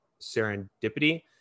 serendipity